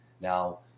now